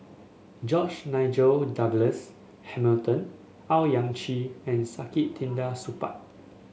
George Nigel Douglas Hamilton Owyang Chi and Saktiandi Supaat